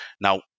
Now